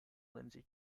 lindsay